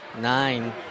nine